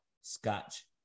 scotch